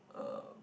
uh